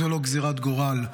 זאת לא גזרת גורל.